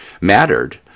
mattered